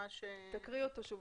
תקריאי שוב.